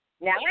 Now